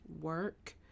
work